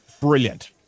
brilliant